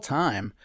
time